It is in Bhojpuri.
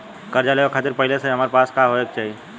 कर्जा लेवे खातिर पहिले से हमरा पास का होए के चाही?